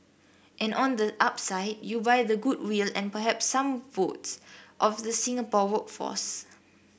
and on the upside you buy the goodwill and perhaps some votes of the Singapore workforce